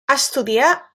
estudià